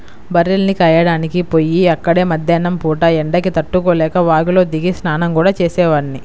బర్రెల్ని కాయడానికి పొయ్యి అక్కడే మద్దేన్నం పూట ఎండకి తట్టుకోలేక వాగులో దిగి స్నానం గూడా చేసేవాడ్ని